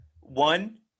One